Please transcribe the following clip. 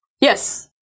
Yes